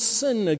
sin